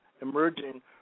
emerging